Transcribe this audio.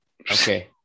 Okay